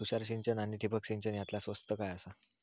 तुषार सिंचन आनी ठिबक सिंचन यातला स्वस्त काय आसा?